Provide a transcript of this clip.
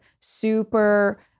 super